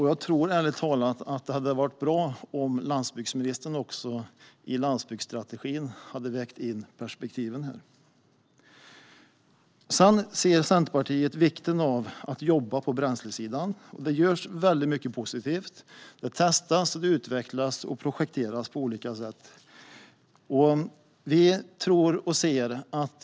Ärligt talat tycker jag att det hade varit bra om landsbygdsministern också i landsbygdsstrategin hade vägt in dessa perspektiv. Sedan inser Centerpartiet vikten av att jobba med bränslesidan. Det görs väldigt mycket positivt. Det testas, utvecklas och projekteras på olika sätt.